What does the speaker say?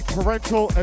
Parental